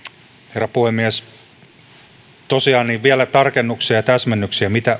herra puhemies tosiaan vielä tarkennuksia ja täsmennyksiä mitä